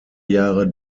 jahre